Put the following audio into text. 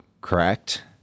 Correct